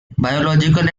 biological